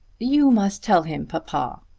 you must tell him, papa,